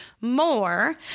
more